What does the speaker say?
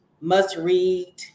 must-read